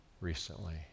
recently